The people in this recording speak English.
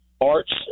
arts